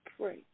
Pray